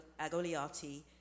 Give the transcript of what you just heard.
Agoliati